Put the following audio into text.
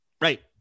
Right